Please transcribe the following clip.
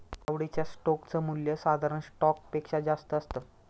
आवडीच्या स्टोक च मूल्य साधारण स्टॉक पेक्षा जास्त असत